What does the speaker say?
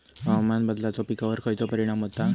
हवामान बदलाचो पिकावर खयचो परिणाम होता?